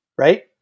Right